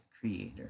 creator